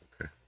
Okay